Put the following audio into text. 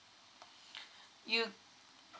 you